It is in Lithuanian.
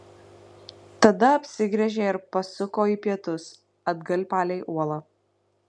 tada apsigręžė ir pasuko į pietus atgal palei uolą